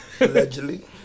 allegedly